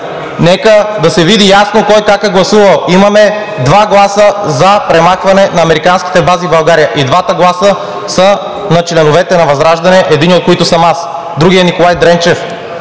Нека да се види ясно кой как е гласувал. Имаме два гласа „за“ премахване на американските бази в България, и двата гласа са на членовете на ВЪЗРАЖДАНЕ, единият от които съм аз, другият е на Николай Дренчев.